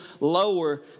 lower